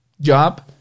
job